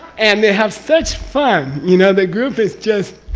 and they have such fun, you know? the group is just.